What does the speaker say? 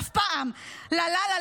אף פעם / לה לה לה,